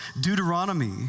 Deuteronomy